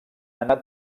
anat